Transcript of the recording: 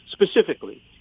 Specifically